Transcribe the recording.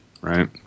right